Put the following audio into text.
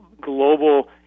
global